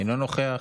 אינו נוכח.